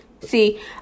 See